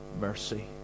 mercy